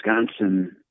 Wisconsin